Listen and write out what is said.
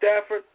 Stafford